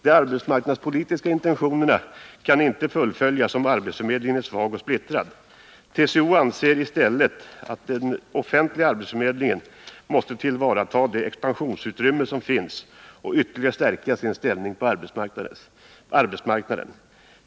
De arbetsmarknadspolitiska intentionerna kan inte fullföljas om arbetsförmedlingen är svag och splittrad. TCO anser i stället att den offentliga arbetsförmedlingen måste tillvarata det expansionsutrymme som finns och ytterligare stärka sin ställning på arbetsmarknaden.